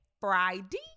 Friday